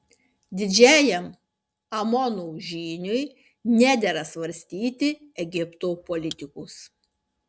didžiajam amono žyniui nedera svarstyti egipto politikos